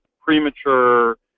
premature